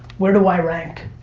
where do i rank?